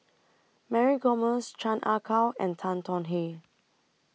Mary Gomes Chan Ah Kow and Tan Tong Hye